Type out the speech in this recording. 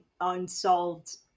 unsolved